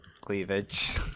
cleavage